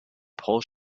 paul